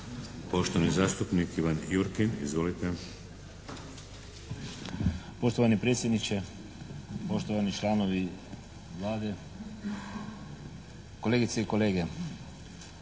Poštovani zastupnik Ivan Jurkin. Izvolite! **Jurkin, Ivan (HDZ)** Poštovani predsjedniče, poštovani članovi Vlade, kolegice i kolege!